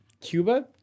Cuba